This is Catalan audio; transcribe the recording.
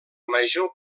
major